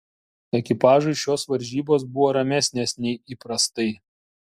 ekipažui šios varžybos buvo ramesnės nei įprastai